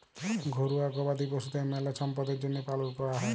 ঘরুয়া গবাদি পশুদের মেলা ছম্পদের জ্যনহে পালন ক্যরা হয়